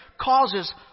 causes